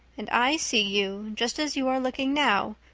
and i see you, just as you are looking now,